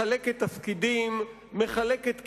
מחלקת תפקידים, מחלקת כיבודים,